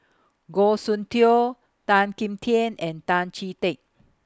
Goh Soon Tioe Tan Kim Tian and Tan Chee Teck